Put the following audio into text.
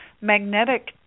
magnetic